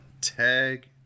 Tag